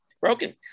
Broken